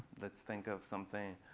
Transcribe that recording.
let's think of something